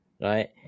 Right